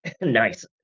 nice